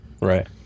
right